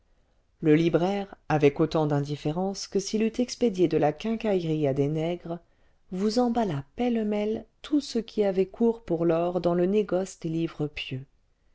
le libraire avec autant d'indifférence que s'il eût expédié de la quincaillerie à des nègres vous emballa pêlemêle tout ce qui avait cours pour lors dans le négoce des livres pieux